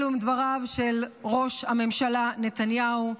אלו הם דבריו של ראש הממשלה נתניהו.